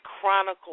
chronicle